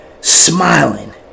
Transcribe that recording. smiling